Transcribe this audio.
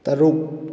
ꯇꯔꯨꯛ